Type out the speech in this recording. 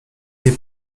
nie